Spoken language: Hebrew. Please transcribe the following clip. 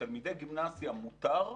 לתלמידי גימנסיה מותר,